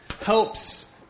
helps